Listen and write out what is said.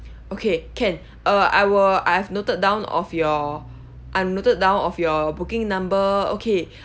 okay can uh I'll I've noted down of your I've noted down of your booking number okay